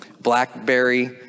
Blackberry